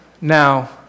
now